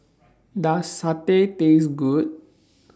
Does Satay Taste Good